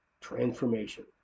transformation